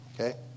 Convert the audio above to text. Okay